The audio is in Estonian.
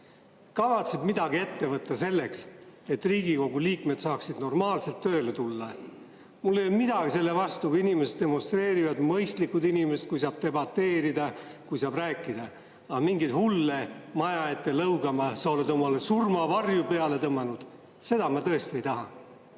kavatseb midagi ette võtta selleks, et Riigikogu liikmed saaksid normaalselt tööle tulla? Mul ei ole midagi selle vastu, kui inimesed demonstreerivad, [kui on] mõistlikud inimesed, kui saab debateerida, kui saab rääkida, aga mingeid hulle maja ette lõugama, et sa oled omale surmavarju peale tõmmanud, ma tõesti ei taha.